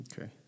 Okay